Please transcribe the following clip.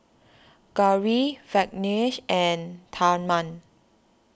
Gauri Verghese and Tharman